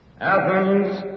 Athens